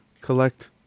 collect